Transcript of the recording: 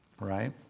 Right